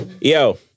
Yo